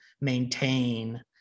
maintain